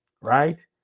right